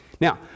now